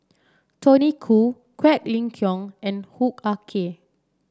Tony Khoo Quek Ling Kiong and Hoo Ah Kay